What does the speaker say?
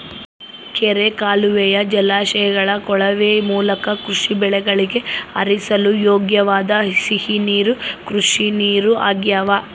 ಕೆರೆ ಕಾಲುವೆಯ ಜಲಾಶಯಗಳ ಕೊಳವೆ ಮೂಲಕ ಕೃಷಿ ಬೆಳೆಗಳಿಗೆ ಹರಿಸಲು ಯೋಗ್ಯವಾದ ಸಿಹಿ ನೀರು ಕೃಷಿನೀರು ಆಗ್ಯಾವ